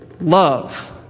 love